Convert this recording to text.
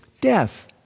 death